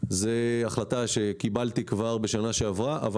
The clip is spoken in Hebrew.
זו החלטה שקיבלתי כבר בשנה שעברה אבל